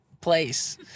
place